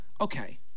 Okay